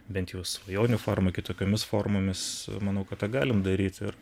bent jau svajonių forma kitokiomis formomis manau kad tą galim daryti ir